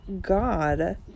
God